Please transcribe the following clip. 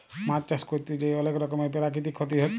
মাছ চাষ ক্যরতে যাঁয়ে অলেক রকমের পেরাকিতিক ক্ষতি পারে